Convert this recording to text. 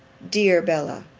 dear bella,